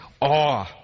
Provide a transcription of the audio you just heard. awe